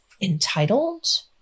entitled